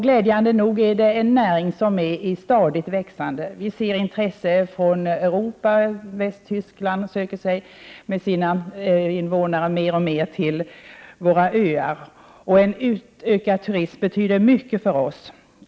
Glädjande nog är det en näring i stadigt växande. Vi märker intresse från det övriga Europa. Västtyskar söker sig mer och mer till våra öar. En utökning av turismen betyder mycket för oss.